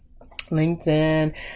LinkedIn